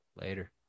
Later